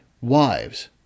wives